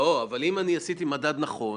אם עשיתי מדד נכון,